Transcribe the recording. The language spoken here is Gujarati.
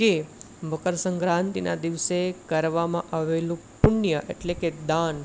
કે મકરસંક્રાંતિના દિવસે કરવામાં આવેલું પુણ્ય એટલે કે દાન